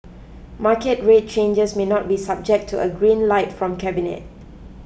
market rate changes may not be subject to a green light from cabinet